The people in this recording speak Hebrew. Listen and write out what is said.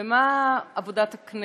ובמה, עבודת הכנסת?